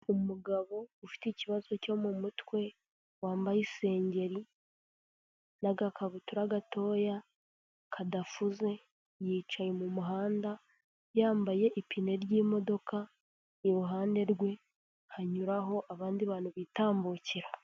Umugabo ufite ikibazo cyo mu mutwe wambaye isengeri n'agakabutura gatoya kadafuze yicaye mu muhanda yambaye ipine ry'imodoka, iruhande rwe hanyuraho abandi bantu bitambukira.